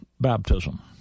baptism